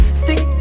stick